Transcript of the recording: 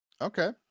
okay